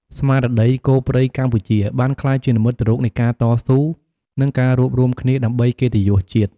ស្មារតី "គោព្រៃកម្ពុជា" បានក្លាយជានិមិត្តរូបនៃការតស៊ូ និងការរួបរួមគ្នាដើម្បីកិត្តិយសជាតិ។